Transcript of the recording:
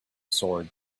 sword